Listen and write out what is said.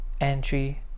entry